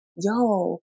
yo